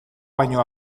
baino